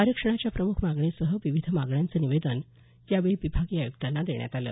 आरक्षणाच्या प्रमुख मागणीसह विविध मागण्यांचं निवेदन यावेळी विभागीय आयुक्तांना देण्यात आलं